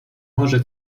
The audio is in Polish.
może